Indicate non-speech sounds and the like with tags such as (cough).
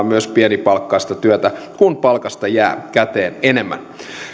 (unintelligible) myös pienipalkkaista työtä kun palkasta jää käteen enemmän